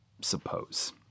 suppose